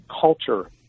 culture